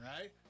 right